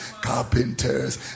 carpenters